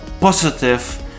positive